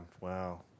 wow